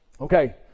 Okay